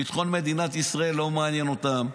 ביטחון מדינת ישראל לא מעניין אותם,